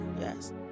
yes